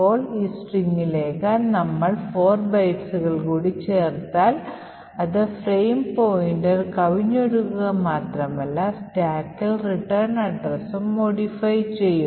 ഇപ്പോൾ ഈ സ്ട്രിംഗിലേക്ക് നമ്മൾ 4 ബൈറ്റുകൾ കൂടി ചേർത്താൽ അത് ഫ്രെയിം പോയിന്റർ കവിഞ്ഞൊഴുകുക മാത്രമല്ല സ്റ്റാക്കിൽ റിട്ടേൺ അഡ്രസ്സും മോഡിഫൈ ചെയ്യും